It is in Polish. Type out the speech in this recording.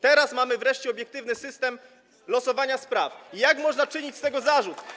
Teraz mamy wreszcie obiektywny system losowania spraw i jak można czynić z tego zarzut?